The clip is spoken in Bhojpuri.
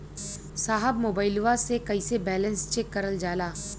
साहब मोबइलवा से कईसे बैलेंस चेक करल जाला?